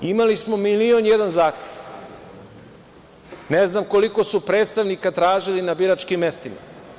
Imali smo milion i jedan zahtev, ne znam koliko su predstavnika tražili na biračkim mestima.